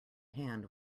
hand